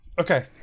Okay